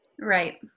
Right